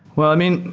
well, i mean,